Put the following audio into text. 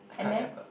and then